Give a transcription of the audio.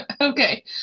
Okay